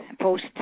post